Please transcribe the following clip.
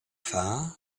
far